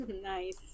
Nice